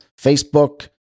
Facebook